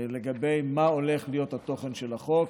לגבי מה הולך להיות התוכן של החוק.